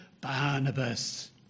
Barnabas